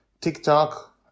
TikTok